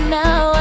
now